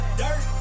dirt